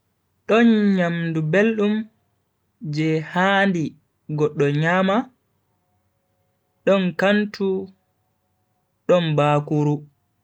Don nyamdu beldum je handi goddo nyama, don kantu don bakuru.